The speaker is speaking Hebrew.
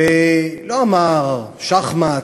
ולא אמר שחמט,